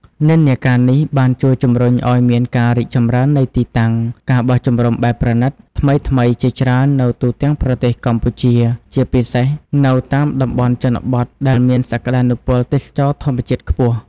និន្នាការនេះបានជួយជំរុញឲ្យមានការរីកចម្រើននៃទីតាំង ការបោះជំរំបែបប្រណីត ថ្មីៗជាច្រើននៅទូទាំងប្រទេសកម្ពុជា ជាពិសេសនៅតាមតំបន់ជនបទ ដែលមានសក្តានុពលទេសចរណ៍ធម្មជាតិខ្ពស់។